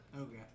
Okay